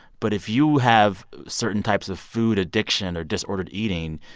but if you have certain types of food addiction or disordered eating,